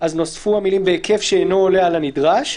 נוספו המילים "בהיקף שאינו עולה על הנדרש"